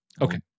Okay